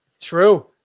True